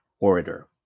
orator